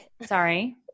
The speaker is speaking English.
Sorry